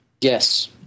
Yes